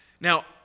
Now